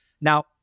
Now